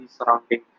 surrounding